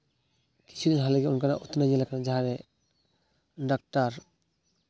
ᱩᱛᱱᱟᱹᱣ ᱧᱮᱞ ᱟᱠᱟᱱᱟ ᱡᱟᱦᱟᱸᱨᱮ ᱰᱟᱠᱴᱟᱨ